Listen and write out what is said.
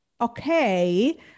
Okay